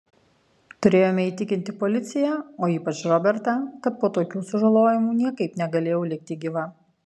turėjome įtikinti policiją o ypač robertą kad po tokių sužalojimų niekaip negalėjau likti gyva